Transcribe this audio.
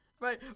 Right